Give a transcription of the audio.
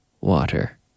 water